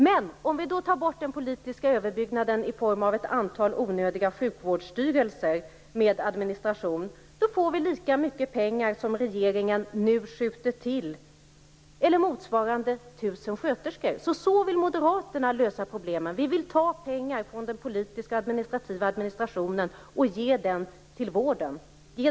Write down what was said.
Men om vi då tar bort den politiska överbyggnaden i form av ett antal onödiga sjukvårdsstyrelser med administration får vi lika mycket pengar som regeringen nu skjuter till, eller motsvarande 1 000 sköterskor. Så vill moderaterna lösa problemen. Vi vill ta pengar från den politiska administrationen och ge dem till vården.